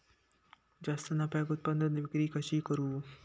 जास्त नफ्याक उत्पादन विक्री कशी करू?